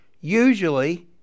Usually